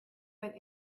but